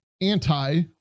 anti